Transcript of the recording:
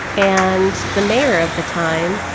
and the mayor of the time,